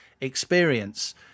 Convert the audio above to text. experience